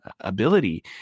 ability